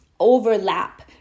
overlap